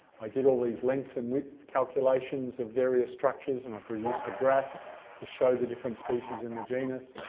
i did all these lengths and widths calculations of various structures and i produced a graph to show the different species in the genus.